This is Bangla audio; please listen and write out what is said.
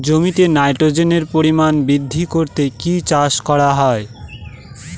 জমিতে নাইট্রোজেনের পরিমাণ বৃদ্ধি করতে কি চাষ করা হয়?